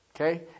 Okay